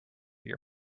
your